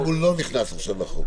אם הוא לא נכנס עכשיו לחוק.